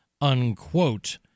unquote